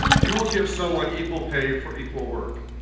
you will give someone equal pay for equal work.